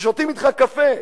ששותים אתך קפה,